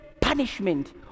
punishment